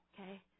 okay